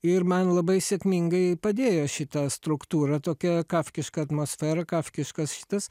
ir man labai sėkmingai padėjo šitą struktūrą tokia kafkiška atmosfera kafkiškas šitas